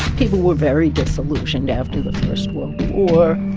people were very disillusioned after the first world war.